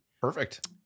Perfect